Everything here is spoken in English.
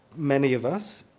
many of us,